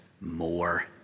more